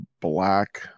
black